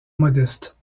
modeste